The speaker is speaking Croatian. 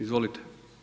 Izvolite.